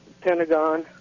Pentagon